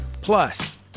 Plus